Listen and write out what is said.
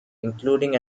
including